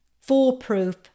foolproof